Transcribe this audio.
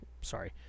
sorry